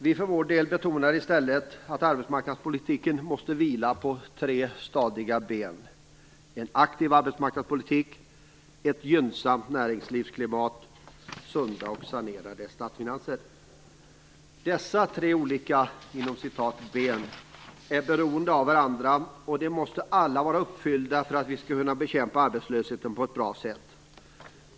Vi för vår del betonar i stället att arbetsmarknadspolitiken måste vila på tre stadiga ben: Det handlar om en aktiv arbetsmarknadspolitik, ett gynnsamt näringslivsklimat och sunda och sanerade statsfinanser. Dessa tre "ben" är beroende av varandra, och dessa tre villkor måste alla vara uppfyllda för att vi skall kunna bekämpa arbetslösheten på ett bra sätt.